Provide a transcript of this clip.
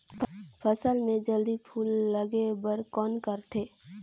फसल मे जल्दी फूल लगे बर कौन करथे?